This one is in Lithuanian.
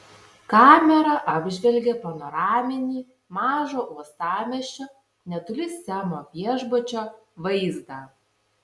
kamera apžvelgė panoraminį mažo uostamiesčio netoli semo viešbučio vaizdą